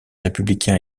républicain